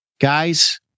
guys